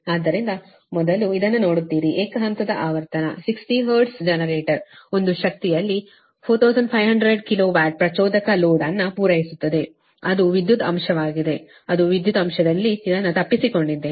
ಆದ್ದರಿಂದ ಮೊದಲು ಇದನ್ನು ನೋಡುತ್ತೀರಿ ಏಕ ಹಂತದ ಆವರ್ತನ 60 ಹರ್ಟ್ಜ್ ಜನರೇಟರ್ ಒಂದು ಶಕ್ತಿಯಲ್ಲಿ 4500 ಕಿಲೋ ವ್ಯಾಟ್ನ ಪ್ರಚೋದಕ ಲೋಡ್ ಅನ್ನು ಪೂರೈಸುತ್ತದೆ ಅದು ವಿದ್ಯುತ್ ಅಂಶವಾಗಿದೆ ಅದು ವಿದ್ಯುತ್ ಅಂಶದಲ್ಲಿ ಇದನ್ನು ತಪ್ಪಿಸಿಕೊಂಡಿದ್ದೇನೆ ವಿದ್ಯುತ್ ಅಂಶ 0